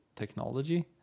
technology